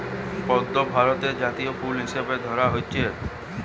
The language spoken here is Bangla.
পদ্ম ভারতের জাতীয় ফুল হিসাবে ধরা হইচে